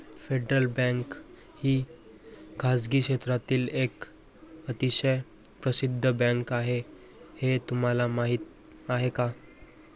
Federal Bank ही खासगी क्षेत्रातील एक अतिशय प्रसिद्ध बँक आहे हे तुम्हाला माहीत आहे का?